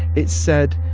it said,